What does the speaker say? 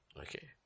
Okay